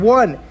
one